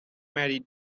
married